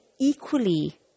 equally